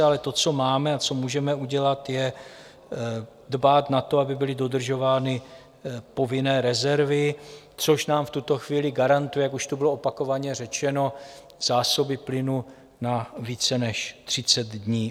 Ale to, co máme a co můžeme udělat, je dbát na to, aby byly dodržovány povinné rezervy, což nám v tuto chvíli garantuje, jak už tu bylo opakovaně řečeno, zásoby plynu na více než 30 dní.